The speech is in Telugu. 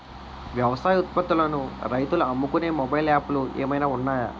వ్యవసాయ ఉత్పత్తులను రైతులు అమ్ముకునే మొబైల్ యాప్ లు ఏమైనా ఉన్నాయా?